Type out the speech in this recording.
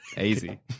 Easy